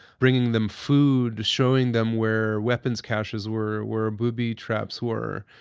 bringing them food, showing them where weapons caches were, where ah booby traps were.